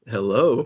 Hello